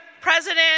president